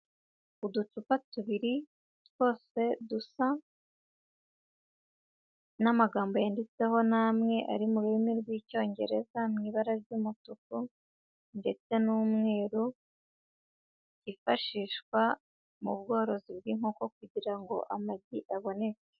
Uducupa tubiri twose dusa n'amagambo yanditseho ni amwe, ari mu rurimi rw'icyongereza mu ibara ry'umutuku ndetse n'umweru, yifashishwa mu bworozi bw'inkoko kugira ngo amagi aboneke.